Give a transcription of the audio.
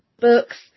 books